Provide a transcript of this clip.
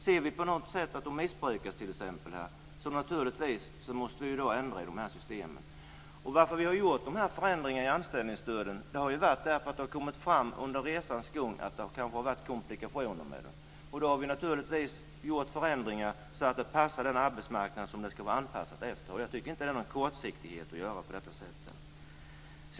Om vi på något sätt ser att de missbrukas måste vi naturligtvis ändra i systemen. Vi har gjort förändringarna i anställningsstöden därför att det kommit fram under resans gång att det varit komplikationer med dem. Då har vi naturligtvis gjort förändringar så att de passar den arbetsmarknad som de ska vara anpassade efter. Jag tycker inte att det är kortsiktighet att göra på detta sätt.